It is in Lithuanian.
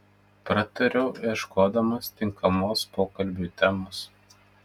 pratariau ieškodamas tinkamos pokalbiui temos